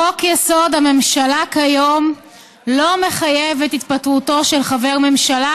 חוק-יסוד: הממשלה כיום לא מחייב את התפטרותו של חבר ממשלה